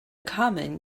common